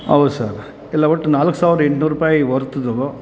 ಹೌದ್ ಸರ್ ಎಲ್ಲ ಒಟ್ಟು ನಾಲ್ಕು ಸಾವಿರದ ಎಂಟುನೂರು ರೂಪಾಯಿ ವರ್ತ್ದು